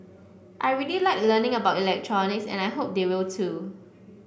I really like learning about electronics and I hope they will too